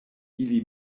ili